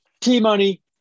T-Money